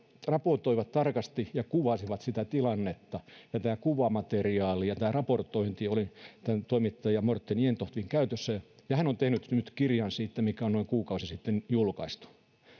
raportoivat tarkasti ja kuvasivat sitä tilannetta ja tämä kuvamateriaali ja raportointi oli tämän toimittaja morten jentoftin käytössä ja hän on tehnyt siitä nyt kirjan mikä on noin kuukausi sitten julkaistu